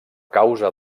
causa